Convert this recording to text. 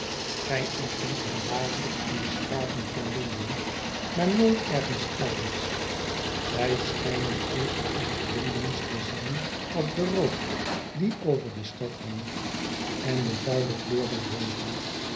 gij ontmoet hen dagehjks in de straten van l o n d e n maar nooit ergens elders zij schijnen even echt londensch te zijn als de rook die over de stad hangt en de vuile kleur der huizen